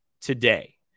today